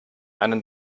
einen